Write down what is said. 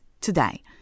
today